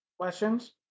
Questions